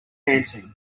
dancing